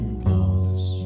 blows